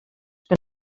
que